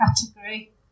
category